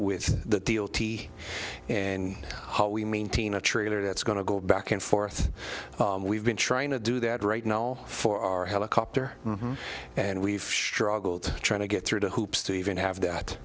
with that deal t and how we maintain a trailer that's going to go back and forth we've been trying to do that right now for our helicopter and we sure are trying to get through the hoops to even have that